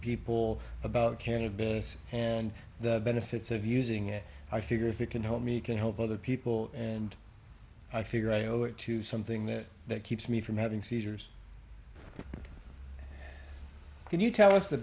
people about cannabis and the benefits of using it i figure if it can hold me can help other people and i figure i owe it to something that that keeps me from having seizures can you tell us the